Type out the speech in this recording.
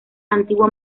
antiguo